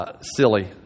Silly